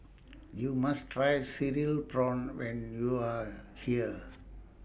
YOU must Try Cereal Prawns when YOU Are here